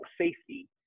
safety